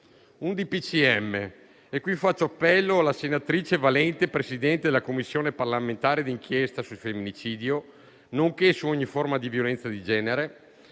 ministri. Faccio appello alla senatrice Valente, presidente della Commissione parlamentare d'inchiesta sul femminicidio, nonché su ogni forma di violenza di genere;